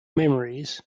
memories